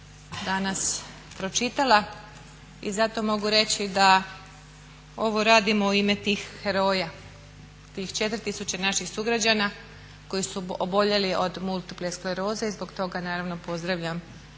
danas pročitala i zato mogu reći da ovo radimo u ime tih heroja, tih 4000 naših sugrađana koji su oboljeli od multiple skleroze i zbog toga naravno pozdravljam